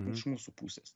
iš mūsų pusės